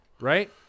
Right